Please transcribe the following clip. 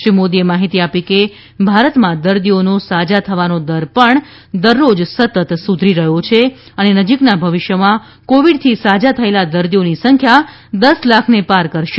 શ્રી મોદીએ માહિતી આપી કે ભારતમાં દર્દીઓનો સાજા થવાનો દર પણ દરરોજ સતત સુધરી રહ્યો છે અને નજીકના ભવિષ્યમાં કોવિડથી સાજા થયેલા દર્દીઓની સંખ્યા દસ લાખને પાર કરશે